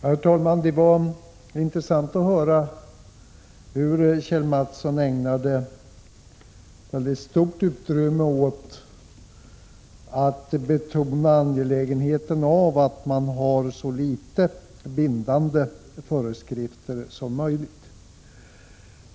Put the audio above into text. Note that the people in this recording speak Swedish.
Herr talman! Det var intressant att Kjell Mattsson i sitt inlägg ägnade väldigt stort utrymme åt att betona angelägenheten av att man har så få bindande föreskrifter som möjligt.